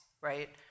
right